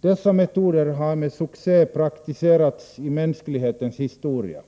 Dessa metoder har med succé praktiserats i mänsklighetens historia.